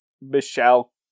Michelle